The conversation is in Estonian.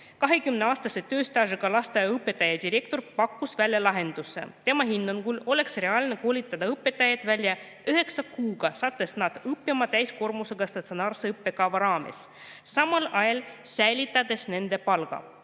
20-aastase tööstaažiga lasteaiaõpetaja ja ‑direktor pakkus välja lahenduse. Tema hinnangul oleks reaalne koolitada õpetajad välja üheksa kuuga, saates nad õppima täiskoormusega statsionaarse õppekava raames, samal ajal säilitades nende palga.